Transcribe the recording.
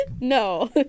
No